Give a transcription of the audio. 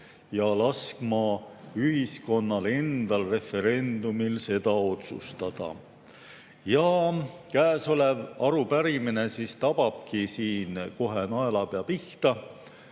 ja laskma ühiskonnal endal referendumil selle üle otsustada. See arupärimine tababki siin kohe naelapea pihta.